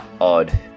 odd